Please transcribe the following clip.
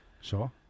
Sure